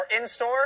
in-store